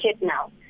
now